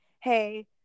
hey